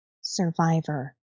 survivor